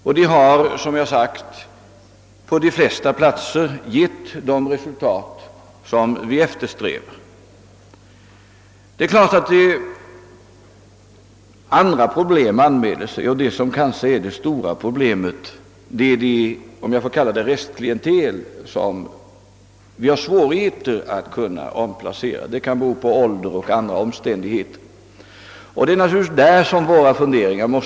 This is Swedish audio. Dessa har, som sagt, på de flesta platser givit de resultat vi eftersträvar. Men givetvis inställer sig en del problem. Det kanske största problemet är det restklientel — om jag får använda det ordet — som vi har svårt att omplacera. Detta kan bero på vederbörandes ålder eller andra omständigheter. Vi måste ägna särskild uppmärksamhet åt den arbetskraften.